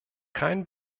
kein